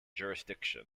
jurisdiction